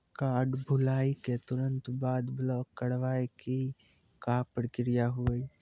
Card भुलाए के तुरंत बाद ब्लॉक करवाए के का प्रक्रिया हुई?